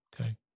Okay